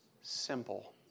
simple